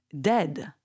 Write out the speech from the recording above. dead